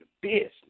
business